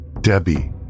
Debbie